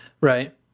right